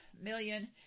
million